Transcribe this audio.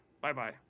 Bye-bye